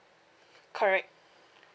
correct